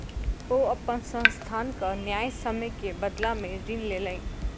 ओ अपन संस्थानक न्यायसम्य के बदला में ऋण लेलैन